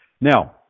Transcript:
Now